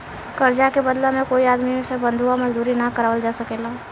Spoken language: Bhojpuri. कर्जा के बदला में कोई आदमी से बंधुआ मजदूरी ना करावल जा सकेला